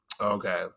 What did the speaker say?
Okay